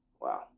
Wow